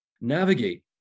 navigate